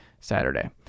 Saturday